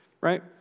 right